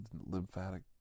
lymphatic